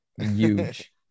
huge